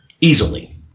easily